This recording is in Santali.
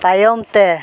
ᱛᱟᱭᱚᱢᱛᱮ